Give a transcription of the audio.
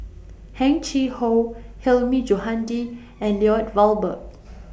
Heng Chee How Hilmi Johandi and Lloyd Valberg